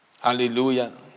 Hallelujah